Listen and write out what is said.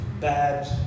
bad